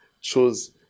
chose